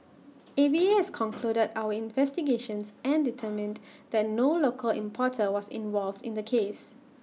A V A has concluded our investigations and determined that no local importer was involved in the case